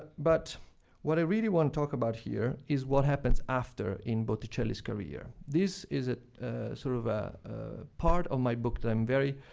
but what i really want to talk about here is what happens after in botticelli's career. this is sort of a part of my book that i'm very